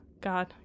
God